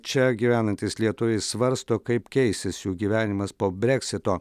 čia gyvenantys lietuviai svarsto kaip keisis jų gyvenimas po breksito